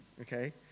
okay